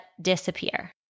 disappear